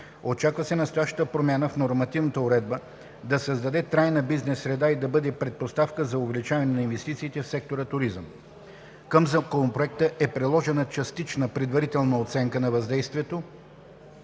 Очаква се настоящата промяна в нормативната уредба да създаде трайна бизнес среда и да бъде предпоставка за увеличаване на инвестициите в сектора „Туризъм“. Към Законопроекта е приложена частична предварителна оценка на въздействието,